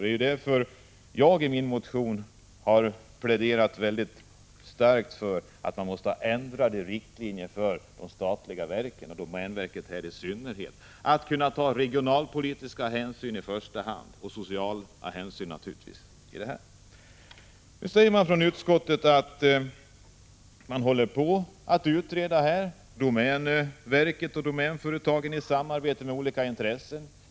Det är därför jag i min motion har pläderat starkt för ändrade riktlinjer för de statliga verken, i synnerhet domänverket, så att de i första hand tar regionalpolitiska och sociala hänsyn. Utskottet säger att ett utredningsarbete pågår inom domänverksföretagen isamarbete med olika intressen.